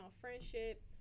friendship